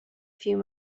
few